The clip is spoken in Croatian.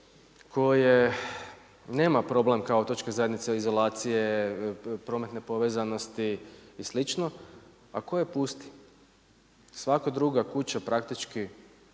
koje nema problem kao otočke zajednice izolacije prometne povezanosti i slično, a koje pusti. Svaka druga kuća praktički